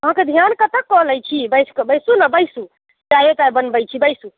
अहाँकेँ ध्यान कतऽ कऽ लय छी बैस कऽ बैसू ने बैसू चारिटा बनबैत छी बैसू